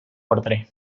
ordre